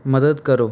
ਮਦਦ ਕਰੋ